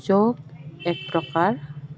যোগ এক প্ৰকাৰ